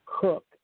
cook